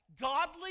godly